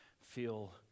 feel